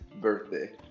birthday